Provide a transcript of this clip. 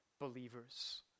believers